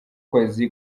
kwezi